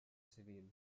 civil